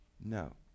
No